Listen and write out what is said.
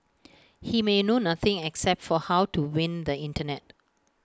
he may know nothing except for how to win the Internet